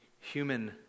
human